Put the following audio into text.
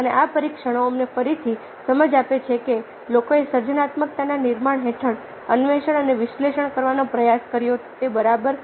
અને આ પરીક્ષણો અમને ફરીથી સમજ આપે છે કે લોકોએ સર્જનાત્મકતાના નિર્માણ હેઠળ અન્વેષણ અને વિશ્લેષણ કરવાનો પ્રયાસ કર્યો તે બરાબર છે